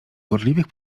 gorliwych